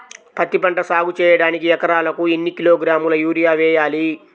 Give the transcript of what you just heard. పత్తిపంట సాగు చేయడానికి ఎకరాలకు ఎన్ని కిలోగ్రాముల యూరియా వేయాలి?